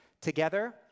Together